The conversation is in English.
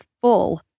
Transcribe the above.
full